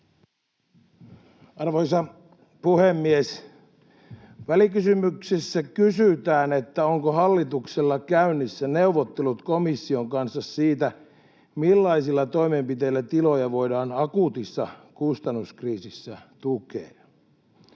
Arvoisa puhemies! Välikysymyksessä kysytään, onko hallituksella käynnissä neuvottelut komission kanssa siitä, millaisilla toimenpiteillä tiloja voidaan akuutissa kustannuskriisissä tukea.